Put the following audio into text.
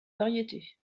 variétés